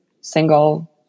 single